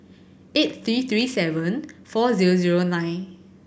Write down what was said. eight three three seven four zero zero nine